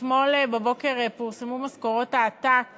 אתמול בבוקר פורסמו משכורות העתק